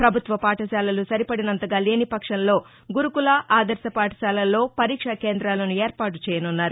ప్రభుత్వ పాఠశాలలు సరిపడనంతగా లేని పక్షంలో గురుకుల ఆదర్శ పాఠశాలల్లో పరీక్షా కేందాలను ఏర్పాటు చేయనున్నారు